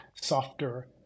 softer